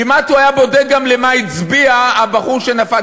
כמעט הוא היה בודק גם למה הצביע הבחור שנפל,